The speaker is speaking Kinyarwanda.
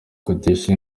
dukesha